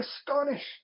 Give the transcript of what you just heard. astonished